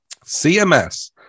CMS